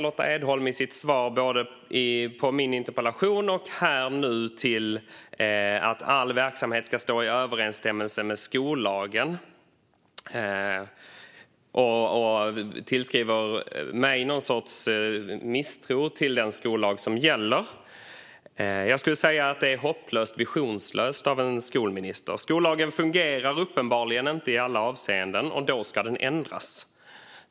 Lotta Edholm hänvisar i sitt interpellationssvar och här och nu till att all verksamhet ska stå i överensstämmelse med skollagen och tillskriver mig en misstro till denna. Detta är hopplöst visionslöst av en skolminister. Skollagen fungerar uppenbarligen inte i alla avseenden, och då ska den ändras.